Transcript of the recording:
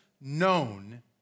known